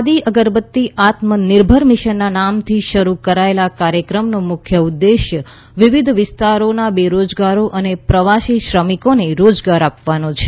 ખાદી અગરબત્તી આત્મનિર્ભર મિશનના નામથી શરૃ કરાયેલા આ કાર્યક્રમનો મુખ્ય ઉદ્દેશ વિવિધ વિસ્તારોના બેરોજગારો અને પ્રવાસી શ્રમિકોને રોજગાર આપવાનો છે